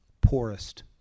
poorest